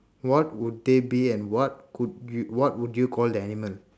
what would they be and what could you what would you call the animal